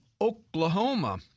Oklahoma